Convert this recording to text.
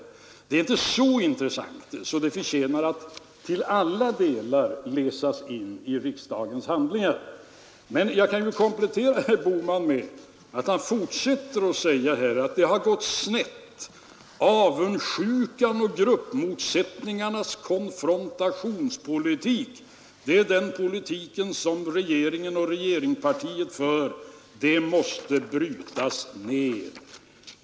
Men det är inte så intressant att det förtjänar att läsas in i riksdagens handlingar till alla delar. Jag skall emellertid komplettera med litet till av vad herr Bohman sade. Han fortsatte med att säga att det har gått snett. Avundsjukans och gruppmotsättningarnas konfrontationspolitik är den politik som regeringen och regeringspartiet för, och den måste brytas ner.